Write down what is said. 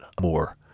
more